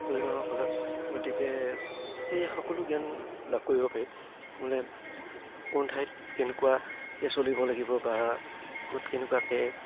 পৰ্যটকসকলৰ গতিকে সেই সকলো জ্ঞান লাভ কৰিব পাৰি মানে কোন ঠাইত কেনেকুৱাকে চলিব লাগিব বা ক'ত কেনেকুৱাকে